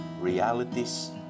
realities